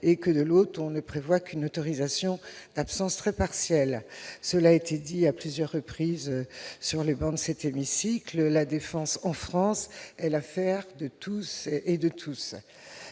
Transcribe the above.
et que, de l'autre, on ne prévoie qu'une autorisation d'absence très partielle. Comme cela a été dit à plusieurs reprises sur les travées de cet hémicycle, la défense en France est l'affaire de toutes et de tous.